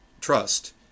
Trust